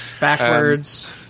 Backwards